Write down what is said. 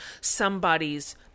somebody's